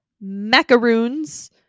macaroons